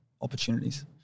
opportunities